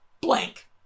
blank